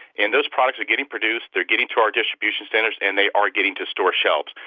and those products are getting produced. they're getting to our distribution centers, and they are getting to store shelves.